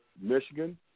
Michigan